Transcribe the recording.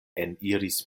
eniris